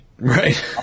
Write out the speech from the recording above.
Right